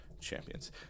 champions